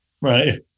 Right